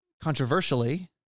Controversially